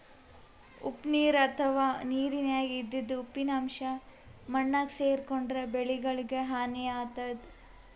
ಉಪ್ಪ್ ನೀರ್ ಅಥವಾ ನೀರಿನ್ಯಾಗ ಇದ್ದಿದ್ ಉಪ್ಪಿನ್ ಅಂಶಾ ಮಣ್ಣಾಗ್ ಸೇರ್ಕೊಂಡ್ರ್ ಬೆಳಿಗಳಿಗ್ ಹಾನಿ ಆತದ್